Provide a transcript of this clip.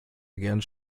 gerne